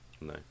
No